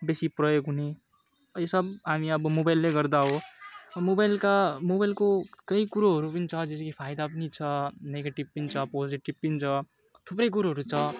बेसी प्रयोग हुने यो सब हामी अब मोबाइलले गर्दा हो मोबाइलका मोबाइलको केही कुरोहरू पनि छ जस्तो कि फाइदा पनि छ निगेटिभ पनि छ पोजिटिभ पनि छ थुप्रै कुरोहरू छ